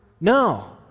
No